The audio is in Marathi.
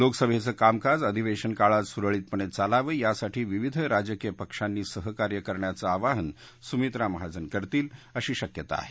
लोकसभेचं कामकाज अधिवेशन काळात सुरळीतपणे चालावं यासाठी विविध राजकीय पक्षांनी सहकार्य करण्याचं आवाहन सुमित्रा महाजन करतील अशी शक्यता आहे